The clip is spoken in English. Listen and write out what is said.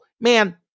man